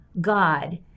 God